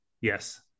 Yes